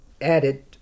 added